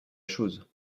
chose